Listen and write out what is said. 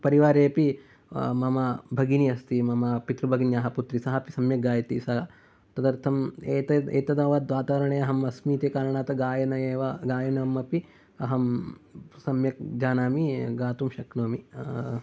परिवारेपि मम भगिनी अस्ति मम पितृभगिन्याः पुत्री सा अपि सम्यक् गायति सा तदर्थं एतत् एतदावत् वातावरणे अहं अस्मि इति कारणात् गायान एव गायनं अपि अहं सम्यक् जानामि गातुं शक्नोमि